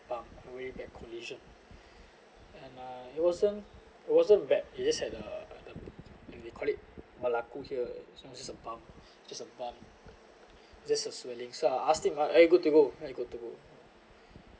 bump and where he get collision and uh it wasn't it wasn't bad he just had the the they called it melak~ here so it's just a bump just a bump just a swelling so I asked him are you good to go are you good to go